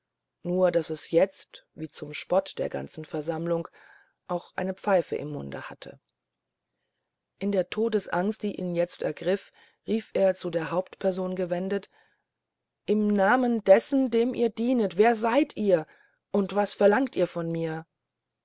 nur daß es jetzt als wie zum spotte der ganzen versammlung auch eine pfeife im munde hatte in der todesangst die ihn jetzt ergriff rief er zu der hauptperson gewendet im namen dessen dem ihr dienet wer seid ihr und was verlangt ihr von mir